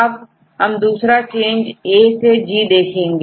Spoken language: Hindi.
अब हम दूसरा चेंजA सेG देखेंगे